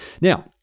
Now